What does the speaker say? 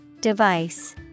Device